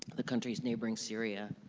the countries neighboring syria,